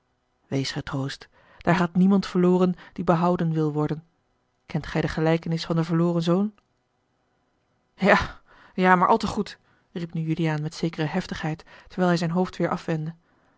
wees getroost daar gaat niemand verloren die behouden wil worden kent gij de gelijkenis van den verloren zoon ja ja maar al te goed riep nu juliaan met zekere heftigheid terwijl hij zijn hoofd weêr afwendde